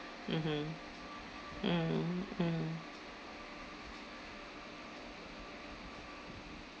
mmhmm mm mm